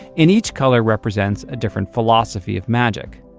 and each color represents a different philosophy of magic.